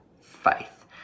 faith